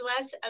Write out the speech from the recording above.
less